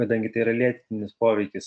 kadangi tai yra lėtinis poveikis